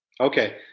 Okay